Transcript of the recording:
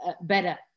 better